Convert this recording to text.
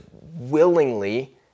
willingly